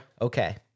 Okay